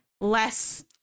less